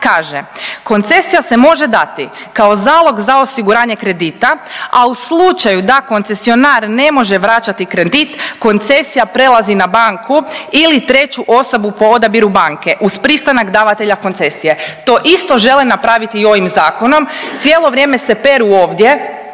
Kaže: „Koncesija se može dati kao zalog za osiguranje kredita, a u slučaju da koncesionar ne može vraćati kredit koncesija prelazi na banku ili treću osobu po odabiru banke uz pristanak davatelja koncesije.“ To isto žele napraviti i ovim zakonom. Cijelo vrijeme se peru ovdje